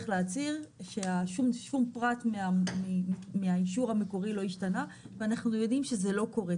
להצהיר ששום פרט מהאישור המקורי לא השתנה ואנחנו יודעים שזה לא קורה,